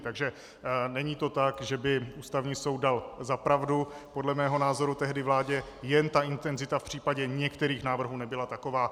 Takže není to tak, že by Ústavní soud dal za pravdu podle mého názoru tehdy vládě, jen ta intenzita v případě některých návrhů nebyla taková.